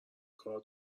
کار